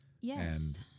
Yes